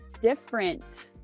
different